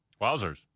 wowzers